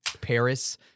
Paris